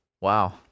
Wow